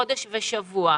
חודש ושבוע.